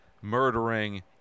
murdering